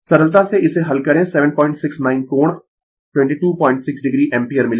सरलता से इसे हल करें 769 कोण 226 o एम्पीयर मिलेगा